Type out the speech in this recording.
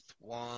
one